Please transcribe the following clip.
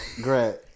Great